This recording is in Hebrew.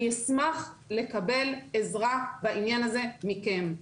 אני אשמח לקבל עזרה בעניין הזה מכם.